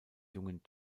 jungen